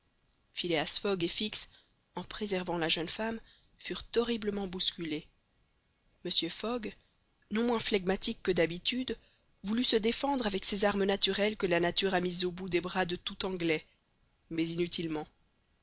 fogg et fix en préservant la jeune femme furent horriblement bousculés mr fogg non moins flegmatique que d'habitude voulut se défendre avec ces armes naturelles que la nature a mises au bout des bras de tout anglais mais inutilement